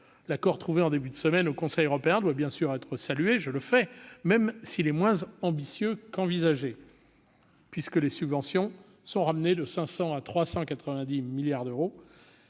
L'accord trouvé en début de semaine au Conseil européen doit, bien sûr, être salué, même s'il est moins ambitieux qu'envisagé, puisque les subventions sont ramenées de 500 milliards à 390 milliards d'euros.